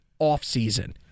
offseason